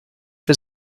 für